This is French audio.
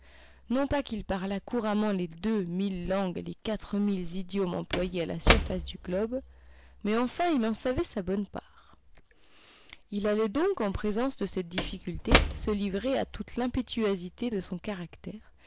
non pas qu'il parlât couramment les deux mille langues et les quatre mille idiomes employés à la surface du globe mais enfin il en savait sa bonne part il allait donc en présence de cette difficulté se livrer à toute l'impétuosité de son caractère